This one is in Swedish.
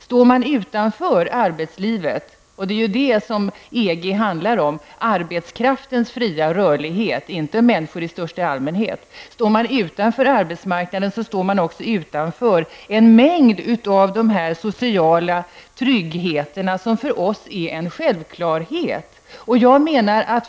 Står man utanför arbetsmarknaden -- det är ju arbetskraftens fria rörlighet som EG handlar om och inte om människor i största allmänhet -- står man också utanför en mängd av de sociala tryggheter som för oss är en självklarhet.